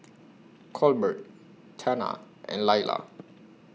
Colbert Tana and Laila